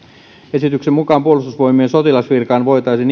esityksen mukaan puolustusvoimien sotilasvirkaan voitaisiin